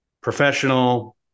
professional